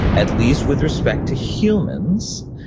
at least with respect to humans,